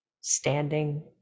standing